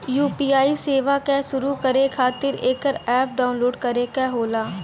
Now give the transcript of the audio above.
UPI सेवा क शुरू करे खातिर एकर अप्प डाउनलोड करे क होला